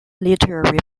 literary